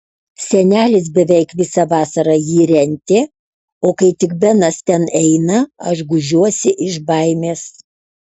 senelis beveik visą vasarą jį rentė o kai tik benas ten eina aš gūžiuosi iš baimės